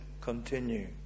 continue